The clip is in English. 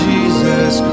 Jesus